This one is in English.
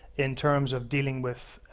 in terms of dealing with